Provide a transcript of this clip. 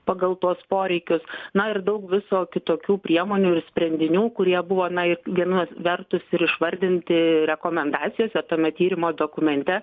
pagal tuos poreikius na ir daug viso kitokių priemonių ir sprendinių kurie būvo viena vertus ir išvardinti rekomendacijose tame tyrimo dokumente